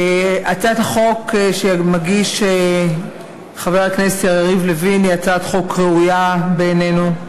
הצעת החוק שמגיש חבר הכנסת יריב לוין היא הצעת חוק ראויה בעינינו.